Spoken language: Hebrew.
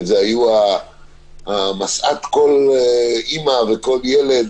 והגננת ואיש החינוך היו משאת כל אימא וכל ילד,